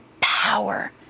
power